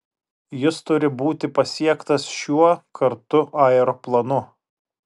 jis turi būti pasiektas šiuo kartu aeroplanu